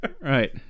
right